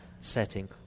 setting